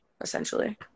essentially